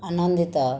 ଆନନ୍ଦିତ